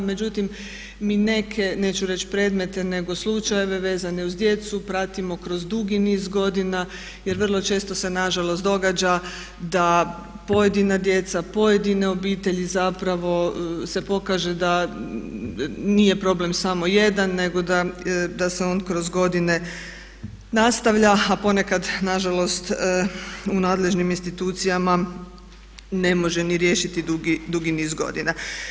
Međutim, mi neću reći predmete nego slučajeve vezano uz djecu pratimo kroz dugi niz godina jer vrlo često se nažalost događa da pojedina djeca, pojedine obitelji zapravo se pokaže da nije problem samo jedan, nego da se on kroz godine nastavlja a ponekad nažalost u nadležnim institucijama ne može ni riješiti dugi niz godina.